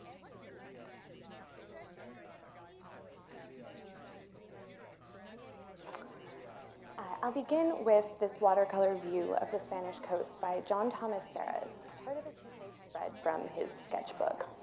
like so i'll begin with this water color view of the spanish coast by john thomas serres, part of a two page spread from his sketch book.